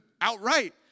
outright